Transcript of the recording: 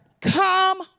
Come